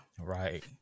Right